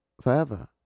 forever